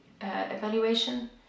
evaluation